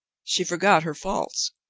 she forgot her faults,